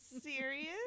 serious